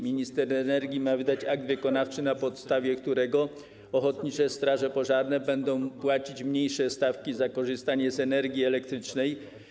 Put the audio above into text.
Minister energii ma wydać akt wykonawczy, na podstawie którego ochotnicze straże pożarne będą płacić mniejsze stawki za korzystanie z energii elektrycznej.